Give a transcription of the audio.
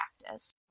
practice